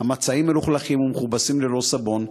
המצעים מלוכלכים ומכובסים ללא סבון,